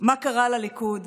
מה קרה לליכוד,